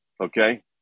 okay